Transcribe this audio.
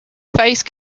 face